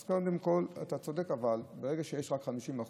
אז קודם כול אתה צודק, ברגע שיש רק 50%